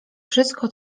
wszystko